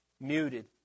muted